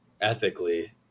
ethically